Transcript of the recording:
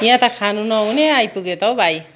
यहाँ त खानु नहुने आइपुग्यो त हौ भाइ